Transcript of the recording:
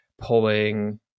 pulling